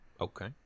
Okay